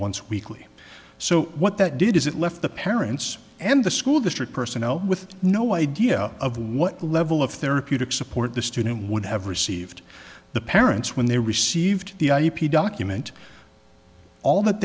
once weekly so what that did is it left the parents and the school district personnel with no idea of what level of therapeutic support the student would have received the parents when they received the ip document all that